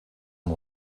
amb